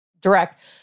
direct